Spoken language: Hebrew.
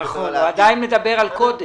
הוא עדיין מדבר על מה שהיה.